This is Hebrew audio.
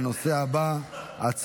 להלן תוצאות ההצבעה: 11 בעד, אין מתנגדים.